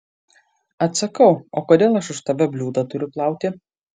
atsakau o kodėl aš už tave bliūdą turiu plauti